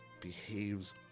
behaves